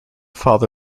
father